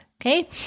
Okay